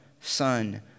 son